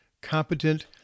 competent